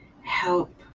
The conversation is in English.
help